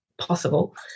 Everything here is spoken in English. possible